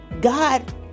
God